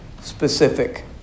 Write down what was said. specific